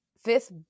fifth